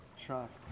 trust